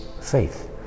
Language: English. faith